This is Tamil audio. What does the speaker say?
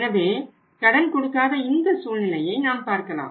எனவே கடன் கொடுக்காத இந்த சூழ்நிலையை நாம் பார்க்கலாம்